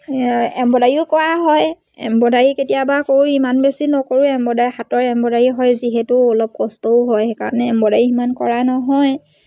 এম্ব্ৰইডাৰীও কৰা হয় এম্ব্ৰইডাৰী কেতিয়াবা কৰোঁ ইমান বেছি নকৰোঁ এম্ব্ৰইডাৰী হাতৰ এম্ব্ৰইডাৰী হয় যিহেতু অলপ কষ্টও হয় সেইকাৰণে এম্ব্ৰইডাৰী সিমান কৰা নহয়